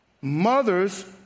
Mothers